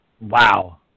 Wow